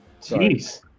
Jeez